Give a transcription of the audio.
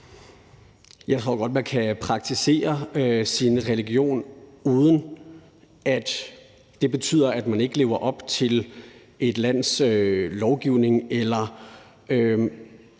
Jeg tror godt, man kan praktisere sin religion, uden at det betyder, at man ikke lever op til et lands lovgivning. Jeg er